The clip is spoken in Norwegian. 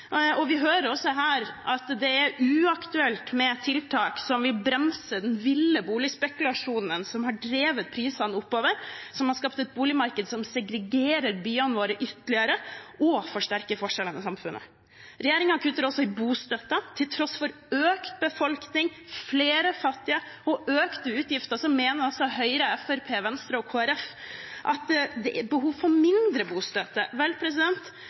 hører vi også at det er uaktuelt med tiltak som vil bremse den ville boligspekulasjonen som har drevet prisene oppover, og som har skapt et boligmarked som segregerer byene våre ytterligere og forsterker forskjellene i samfunnet. Regjeringen kutter også i bostøtte. Til tross for økt befolkning, flere fattige og økte utgifter mener Høyre, Fremskrittspartiet, Venstre og Kristelig Folkeparti at det er behov for mindre bostøtte. Vel,